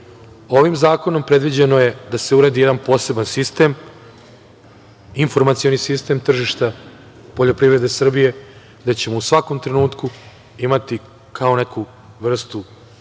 ovim zakonom predviđeno je da se uredi jedan poseban sistem, informacioni sistem tržišta poljoprivrede Srbije, gde ćemo u svakom trenutku imati kao neku vrstu